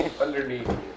underneath